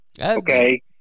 Okay